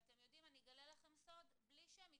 ואתם יודעים, אני אגלה לכם סוד, בלי שהם התכוונו,